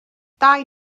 dau